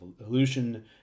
evolution